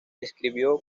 escribió